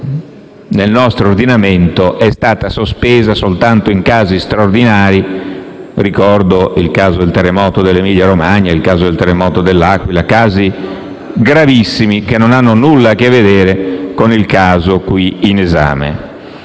nel nostro ordinamento, è stata sospesa soltanto in casi straordinari: ricordo il caso dei terremoti dell'Emilia-Romagna o dell'Aquila, casi gravissimi che non hanno nulla a che vedere con il caso in esame.